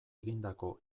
egindako